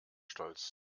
stolz